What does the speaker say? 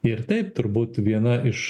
ir taip turbūt viena iš